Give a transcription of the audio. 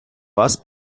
вас